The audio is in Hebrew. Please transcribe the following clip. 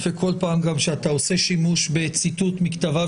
בכל פעם שאתה עושה שימוש בציטוט מכתביו